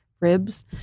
ribs